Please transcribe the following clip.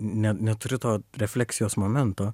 ne neturi to refleksijos momento